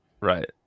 Right